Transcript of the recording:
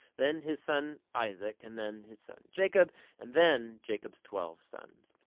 then his son isaac and then his son jacob and then jacob's twelve sons.